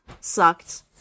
sucked